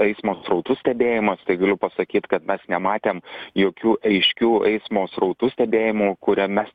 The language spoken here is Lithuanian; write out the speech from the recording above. eismo srautų stebėjimas tai galiu pasakyt kad mes nematėm jokių aiškių eismo srautų stebėjimo kuriame